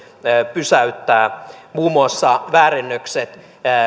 pysäyttämään muun muassa väärennökset